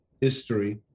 history